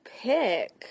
pick